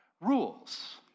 rules